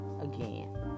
again